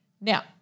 Now